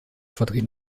vertreten